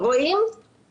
המצגת היא